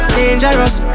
Dangerous